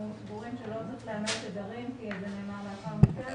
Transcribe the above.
סבורים שלא צריך לומר תדרים כי זה נאמר לאחר מכן